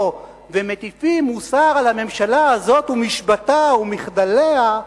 ומטיפים מוסר על הממשלה הזאת ומשבתה ומחדליה,